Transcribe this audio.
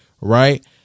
Right